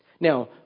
Now